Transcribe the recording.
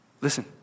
Listen